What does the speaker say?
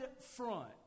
front